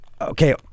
okay